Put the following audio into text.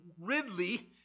Ridley